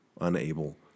unable